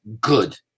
good